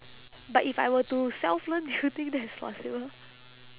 but if I were to self learn do you think that is possible